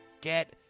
get